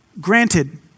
granted